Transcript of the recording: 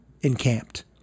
encamped